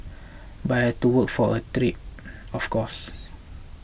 but I had to work for of course